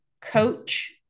coach